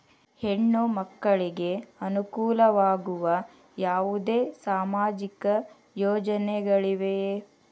ಹೆಣ್ಣು ಮಕ್ಕಳಿಗೆ ಅನುಕೂಲವಾಗುವ ಯಾವುದೇ ಸಾಮಾಜಿಕ ಯೋಜನೆಗಳಿವೆಯೇ?